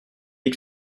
ils